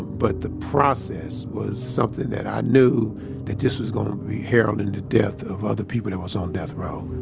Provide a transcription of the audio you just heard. but the process was something that i knew that this was gon' be heralding the death of other people that was on death row